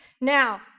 Now